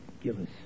Gillis